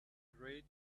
great